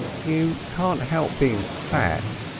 you can't help being fat,